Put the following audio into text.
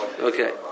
okay